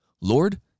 Lord